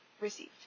received